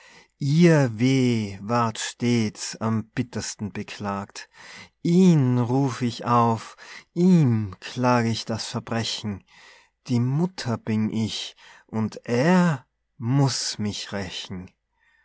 ihr weh ward stets am bittersten beklagt ihn ruf ich auf ihm klag ich das verbrechen die mutter bin ich und er muß mich rächen